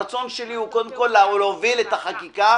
הרצון שלי הוא להוביל את החקיקה,